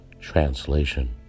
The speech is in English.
translation